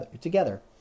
together